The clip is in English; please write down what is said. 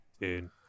Dude